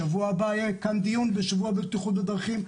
בשבוע הבא יהיה כאן דיון בשבוע הבטיחות בדרכים,